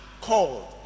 called